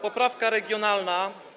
Poprawka regionalna.